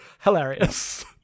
Hilarious